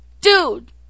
Dude